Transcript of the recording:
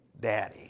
daddy